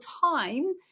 time